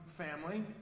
family